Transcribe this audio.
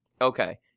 Okay